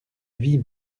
vie